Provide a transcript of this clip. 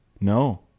No